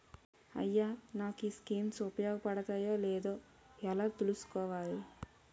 అయ్యా నాకు ఈ స్కీమ్స్ ఉపయోగ పడతయో లేదో ఎలా తులుసుకోవాలి?